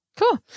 Cool